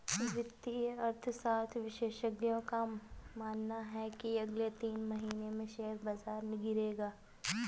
वित्तीय अर्थशास्त्र विशेषज्ञों का मानना है की अगले तीन महीने में शेयर बाजार गिरेगा